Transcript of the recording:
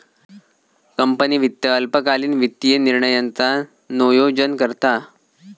company वित्त अल्पकालीन वित्तीय निर्णयांचा नोयोजन करता